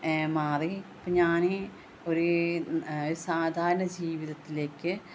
മാറി ഇപ്പോള് ഞാന് ഒരു സാധാരണ ജീവിതത്തിലേക്ക്